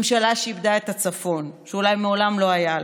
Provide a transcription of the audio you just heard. ממשלה שאיבדה את הצפון שאולי מעולם לא היה לה.